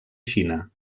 xina